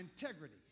integrity